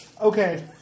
okay